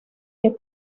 que